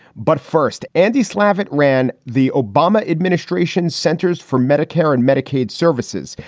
but first, andy slavitt ran the obama administration centers for medicare and medicaid services.